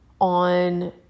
on